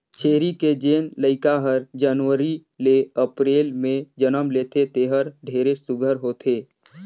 छेरी के जेन लइका हर जनवरी ले अपरेल में जनम लेथे तेहर ढेरे सुग्घर होथे